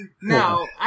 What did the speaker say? no